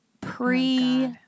pre